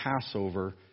passover